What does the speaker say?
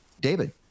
David